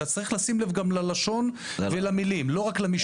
צריך לשים לב גם ללשון ולמילים, לא רק למשפטים.